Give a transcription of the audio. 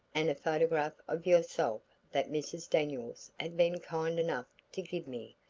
and a photograph of yourself that mrs. daniels had been kind enough to give me,